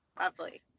lovely